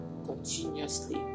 continuously